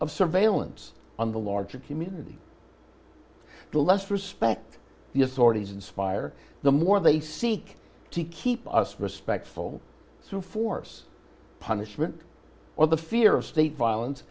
of surveillance on the larger community the less respect the authorities inspire the more they seek to keep us respectful so force punishment or the fear of state violence